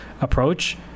approach